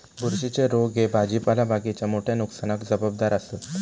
बुरशीच्ये रोग ह्ये भाजीपाला बागेच्या मोठ्या नुकसानाक जबाबदार आसत